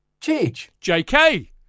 JK